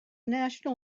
national